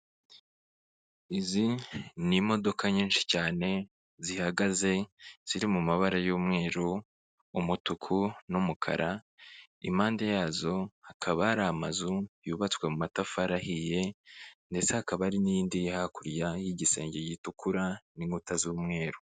Izi ni imodoka nyinshi cyane zihagaze ziri mu mabara y'umweru, umutuku n'umukara, impande yazo hakaba hari amazu yubatswe mu matafari ahiye ndetse hakaba hari n'indi iri hakurya y'igisenge gitukura n'inkuta z'umweru.